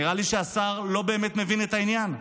נראה לי שהשר לא באמת מבין את העניין,